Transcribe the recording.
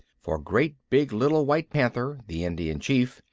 for great big little white panther, the indian chief,